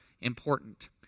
important